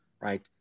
Right